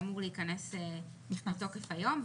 ואמור להיכנס לתוקף היום.